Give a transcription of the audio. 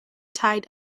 tied